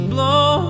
Blow